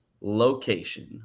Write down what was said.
location